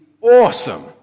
awesome